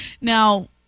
Now